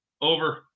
Over